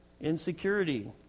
Insecurity